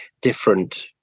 different